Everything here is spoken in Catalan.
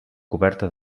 coberta